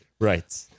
Right